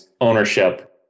ownership